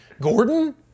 Gordon